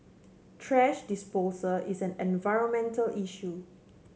thrash disposal is an environmental issue